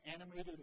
animated